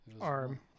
Arm